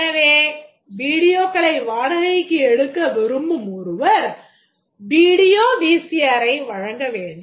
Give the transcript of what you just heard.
எனவே வீடியோக்களை வாடகைக்கு எடுக்க விரும்பும் ஒருவர் வீடியோ VCR ஐ வழங்க வேண்டும்